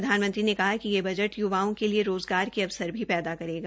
प्रधानमंत्री कहा कि यह बजट युवाओं के लिए रोज़गार के अवसर भी पैदा ने करेगा